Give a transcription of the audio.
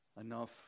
enough